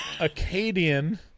Acadian